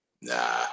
Nah